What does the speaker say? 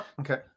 Okay